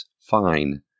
Fine